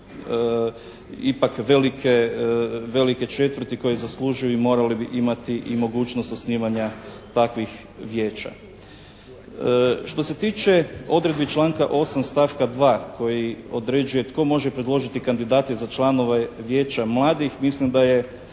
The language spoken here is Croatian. ipak velike četvrti koje zaslužuju i morale bi imati i mogućnost osnivanja takvih vijeća. Što se tiče odredbi članka 8. stavka 2. koji određuje tko može predložiti kandidate za članove Vijeća mladih, mislim da je